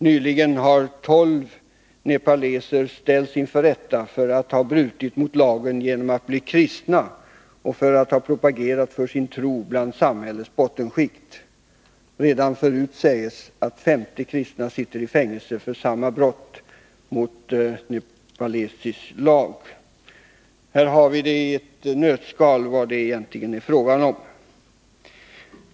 Nyligen har tolv nepaleser ställts inför rätta för att ha brutit mot lagen genom att bli kristna och för att ha propagerat för sin tro bland samhällets bottenskikt. Redan förut sägs det att 50 kristna sitter i fängelse för samma brott mot nepalesisk lag. Här har vi i ett nötskal vad det egentligen är fråga om.